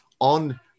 on